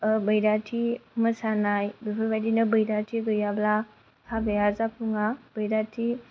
बैराथि मोसानाय बेफोरबायदिनो बैराथि गैयाब्ला हाबाया जाफुङा बैराथि